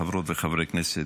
חברות וחברי הכנסת,